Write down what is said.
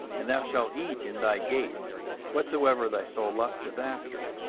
and thou shalt eat in thy gates whatsoever thy soul lusteth after.